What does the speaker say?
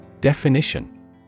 Definition